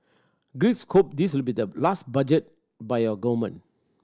Greeks hope this will be the last budget by your government